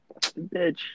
bitch